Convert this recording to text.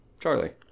Charlie